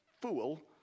fool